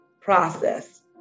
process